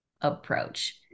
approach